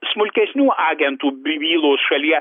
smulkesnių agentų bylos šalyje